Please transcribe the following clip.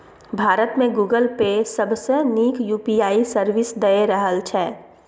भारत मे Google Pay सबसँ नीक यु.पी.आइ सर्विस दए रहल छै